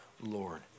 Lord